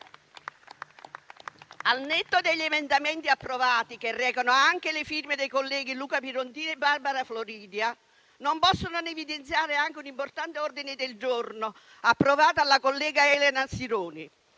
Al netto degli emendamenti approvati, che recano anche le firme dei colleghi Pirondini e Barbara Floridia, non posso non evidenziare anche l'approvazione di un importante ordine del giorno della collega Elena Sironi,